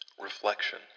Reflection